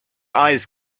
eyes